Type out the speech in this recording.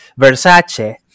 Versace